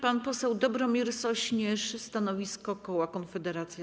Pan poseł Dobromir Sośnierz, stanowisko koła Konfederacja.